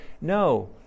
No